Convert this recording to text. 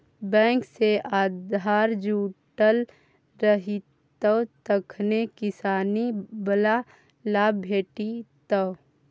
bank सँ आधार जुटल रहितौ तखने किसानी बला लाभ भेटितौ